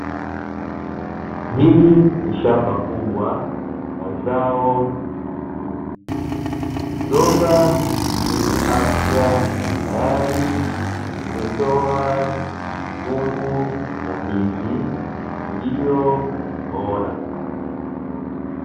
Hili ni shamba kubwa la zao la ndizi, migomba yenye afya tayari imetoa mikungu ya ndizi iliyo bora.